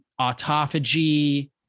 autophagy